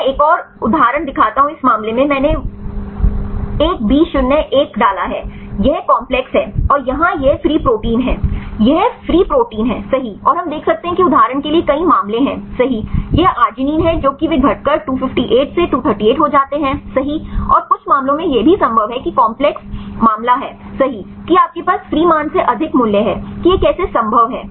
मैं एक और उदाहरण दिखाता हूं इस मामले में मैंने 1B01 डाला है यह काम्प्लेक्स है और यहां यह फ्री प्रोटीन है यह फ्री प्रोटीन है सही और हम देखते हैं कि उदाहरण के लिए कई मामले हैं सही यह arginine है जो कि वे घटकर 258 से 238 हो जाते हैं सही और कुछ मामलों में यह भी संभव है कि काम्प्लेक्स मामला है सही कि आपके पास फ्री मान से अधिक मूल्य हैं कि यह कैसे संभव है